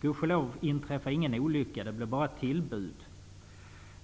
Gudskelov inträffade ingen olycka. Det blev bara ett tillbud.